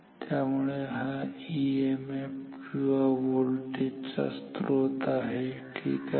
त्यामुळे हा EMF किंवा व्होल्टेज स्त्रोत आहे ठीक आहे